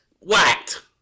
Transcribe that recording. whacked